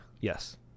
yes